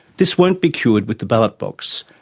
this won't be cured with the ballot box.